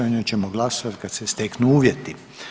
O njoj ćemo glasovati kad se steknu uvjeti.